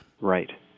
Right